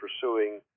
pursuing